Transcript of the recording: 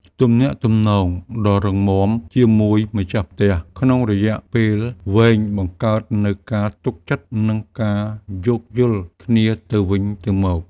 ទំនាក់ទំនងដ៏រឹងមាំជាមួយម្ចាស់ផ្ទះក្នុងរយៈពេលវែងបង្កើតនូវការទុកចិត្តនិងការយោគយល់គ្នាទៅវិញទៅមក។